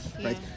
right